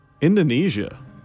Indonesia